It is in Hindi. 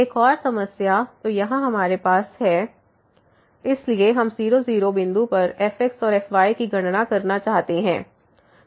एक और समस्या तो यहाँ हमारे पास है fxy2x33y3x2y2xy≠00 0 इसलिए हम 0 0 बिंदु पर fx और fy की गणना करना चाहते हैं